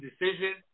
decision